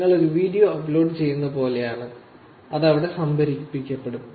നിങ്ങൾ ഒരു video upload ചെയ്യുന്നതുപോലെയാണ് അത് അവിടെ സംഭരിക്കപ്പെടും